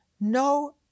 no